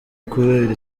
kubera